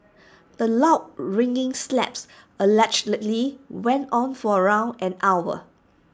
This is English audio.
the loud ringing slaps allegedly went on for around an hour